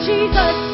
Jesus